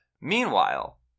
Meanwhile